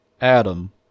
Adam